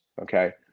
Okay